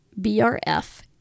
BRF